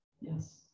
Yes